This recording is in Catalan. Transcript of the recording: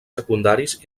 secundaris